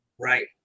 Right